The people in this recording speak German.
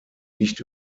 nicht